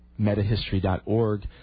metahistory.org